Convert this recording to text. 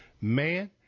Man